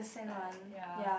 like ya